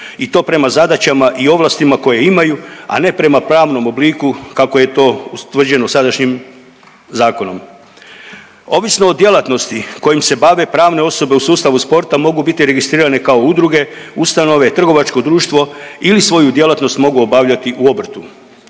i to prema zadaćama i ovlastima koje imaju, a ne prema pravnom obliku kako je to ustvrđeno sadašnjim zakonom. Ovisno o djelatnosti kojim se bave pravne osobe mogu biti registrirane kao udruge, ustanove, trgovačko društvo ili svoju djelatnost mogu obavljati u obrtu.